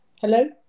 Hello